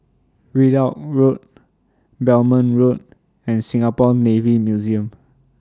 Ridout Road Belmont Road and Singapore Navy Museum